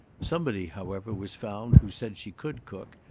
somebody, however, was found who said she could cook,